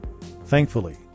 Thankfully